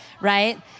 Right